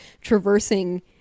traversing